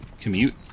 Commute